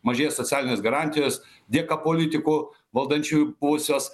mažėja socialinės garantijos dėka politikų valdančiųjų pusės